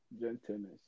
Gentleness